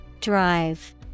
Drive